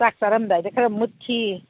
ꯆꯥꯛ ꯆꯥꯔꯝꯗꯥꯏꯗ ꯈꯔ ꯃꯨꯠꯈꯤ